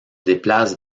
déplace